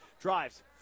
drives